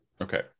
okay